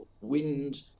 wind